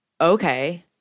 okay